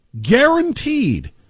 Guaranteed